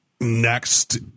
next